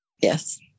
Yes